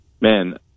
man